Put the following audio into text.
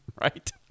right